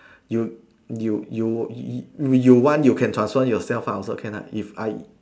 you you you you want you can transform yourself ah also can ah if I